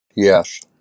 Yes